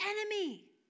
enemy